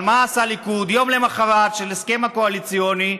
אבל מה עשה הליכוד יום למוחרת ההסכם הקואליציוני,